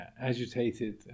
agitated